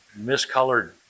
miscolored